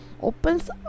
opens